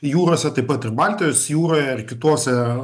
jūrose taip pat ir baltijos jūroje ar kitose